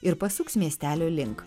ir pasuks miestelio link